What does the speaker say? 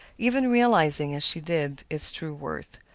even realizing, as she did, its true worth.